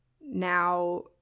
Now